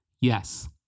Yes